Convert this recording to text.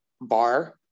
bar